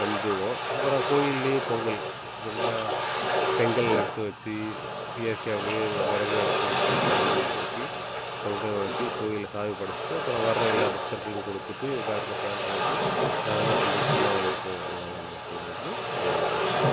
வந்துடுவோம் அப்புறம் கோயிலியே பொங்கல் ஸ் எப்பட்னா செங்கல் எடுத்து வச்சு இயற்கையாகவே விறகு அடுப்பு வச்சு கல் ஒட்டிப் பொங்கல் வச்சு கோயில்ல சாமிப் படைச்சிட்டு அப்புறம் வர்ற எல்லா பக்தர்களுக்கும் கொடுத்துட்டு எல்லாருக்கும் ஷேர் பண்ணிட்டு நாங்களும் சந்தோஷமாக இருப்போம் இவ்வளோதான் நம்ம செய்கிறது பொங்கல் அன்று